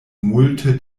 multe